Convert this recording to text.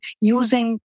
using